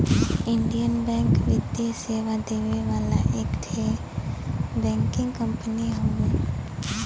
Indian Bank वित्तीय सेवा देवे वाला एक ठे बैंकिंग कंपनी हउवे